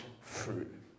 fruit